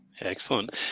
Excellent